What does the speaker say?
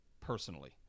personally